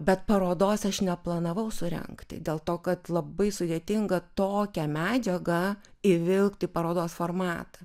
bet parodos aš neplanavau surengti dėl to kad labai sudėtinga tokią medžiagą įvilkt į parodos formatą